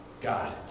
God